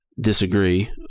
disagree